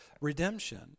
redemption